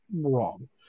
wrong